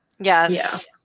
Yes